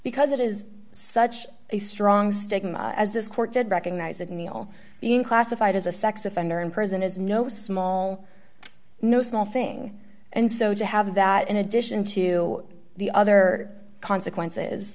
because it is such a strong stigma as this court did recognize that neal being classified as a sex offender in prison is no small no small thing and so to have that in addition to the other consequences